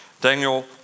Daniel